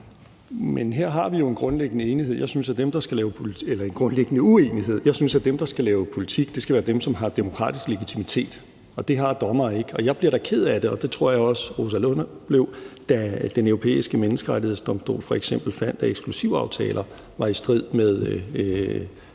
Men her har vi jo en grundlæggende uenighed. Jeg synes, at dem, der skal lave politik, skal være dem, som har demokratisk legitimitet. Og det har dommere ikke. Og jeg blev da ked af det – og det tror jeg også fru Rosa Lund blev – da Den Europæiske Menneskerettighedsdomstol f.eks. fandt, at eksklusivaftaler var i strid med